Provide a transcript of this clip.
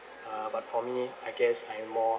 uh but for me I guess I'm more